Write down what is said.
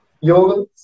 Yoga